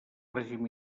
règim